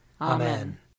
Amen